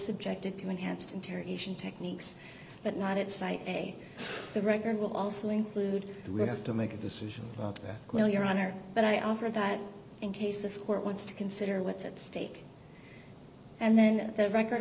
subjected to enhanced interrogation techniques but not it's a the record will also include we have to make a decision will your honor but i offer that in case this court wants to consider what's at stake and then the record